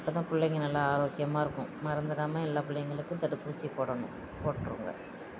அப்போ தான் பிள்ளைங்க நல்லா ஆரோக்கியமாக இருக்கும் மறந்துவிடாம எல்லா பிள்ளைங்களுக்கு தடுப்பூசி போடணும் போட்ருங்க